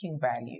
value